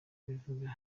babivuga